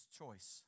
choice